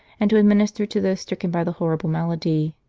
and to administer to those stricken by the horrible malady.